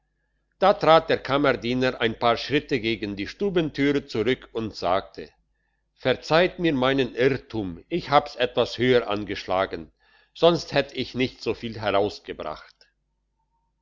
da trat der kammerdiener ein paar schritte gegen die stubentüre zurück und sagte verzeiht mir meinen irrtum ich hab's etwas höher angeschlagen sonst hätt ich nicht so viel herausgebracht